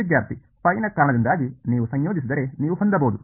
ವಿದ್ಯಾರ್ಥಿ ɸ ನ ಕಾರಣದಿಂದಾಗಿ ನೀವು ಸಂಯೋಜಿಸಿದರೆ ನೀವು ಹೊಂದಬಹುದು